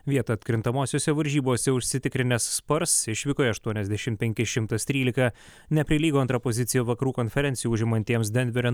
vietą atkrintamosiose varžybose užsitikrinęs spurs išvykoje aštuoniasdešim penki šimtas trylika neprilygo antrą poziciją vakarų konferencijoje užimantiems denverio